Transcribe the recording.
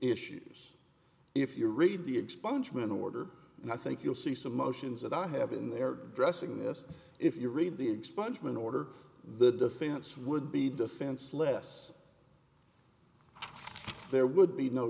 issues if you read the expungement order and i think you'll see some motions that i have in their dressing s if you read the expungement order the defense would be defense less there would be no